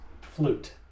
flute